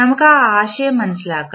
നമുക്ക് ആ ആശയം മനസ്സിലാക്കാം